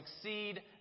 succeed